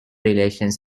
relations